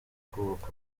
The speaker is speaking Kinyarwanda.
kubaka